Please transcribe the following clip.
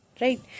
Right